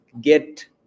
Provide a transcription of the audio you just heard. get